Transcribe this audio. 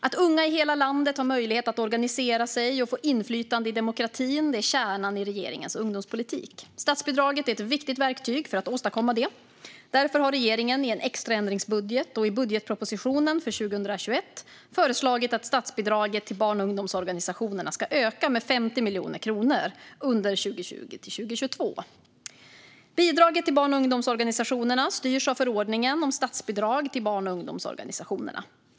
Att unga i hela landet har möjlighet att organisera sig och få inflytande i demokratin är kärnan i regeringens ungdomspolitik. Statsbidraget är ett viktigt verktyg för att åstadkomma det. Därför har regeringen i en extra ändringsbudget och i budgetpropositionen för 2021 föreslagit att statsbidraget till barn och ungdomsorganisationerna ska öka med 50 miljoner kronor under 2020-2022. Bidraget till barn och ungdomsorganisationerna styrs av förordningen om statsbidrag till barn och ungdomsorganisationer.